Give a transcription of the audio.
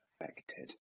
affected